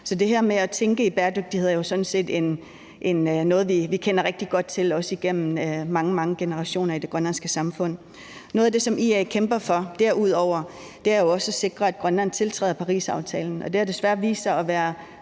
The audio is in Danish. Så det her med at tænke i bæredygtighed er jo sådan set noget, vi kender rigtig godt til og har kendt godt til gennem mange, mange generationer i det grønlandske samfund. Noget af det, som IA kæmper for derudover, er også at sikre, at Grønland tiltræder Parisaftalen, og det har desværre vist sig at være